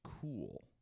cool